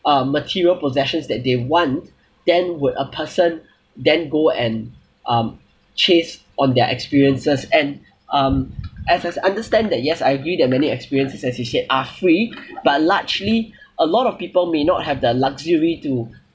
uh material possessions that they want then would a person then go and um chase on their experiences and um as I understand that yes I agree that many experiences as you said are free but largely a lot of people may not have the luxury to